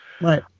Right